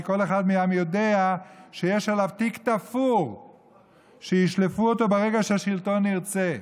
כי כל אחד מהם יודע שיש עליו תיק תפור שישלפו אותו ברגע שהשלטון ירצה.